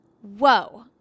Whoa